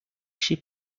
she